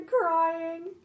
crying